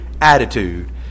attitude